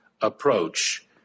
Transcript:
approach